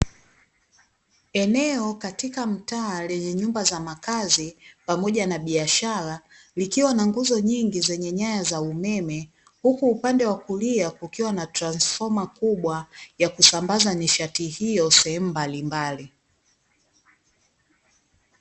Eneo katika mtaa lenye nyumba za makazi pamoja na biashara likiwa na nguzo nyingi zenye nyaya za umeme huku upande wa kulia kukiwa na transfoma kubwa ya kusambaza nishati hiyo sehemu mbalimbali.